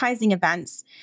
events